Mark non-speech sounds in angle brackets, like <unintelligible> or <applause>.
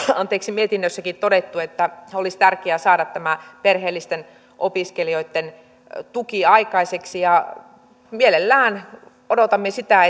mietinnössäkin todettu että olisi tärkeää saada tämä perheellisten opiskelijoitten tuki aikaiseksi mielellään odotamme sitä <unintelligible>